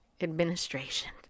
administration